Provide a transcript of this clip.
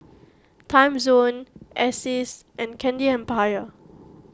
Timezone Asics and Candy Empire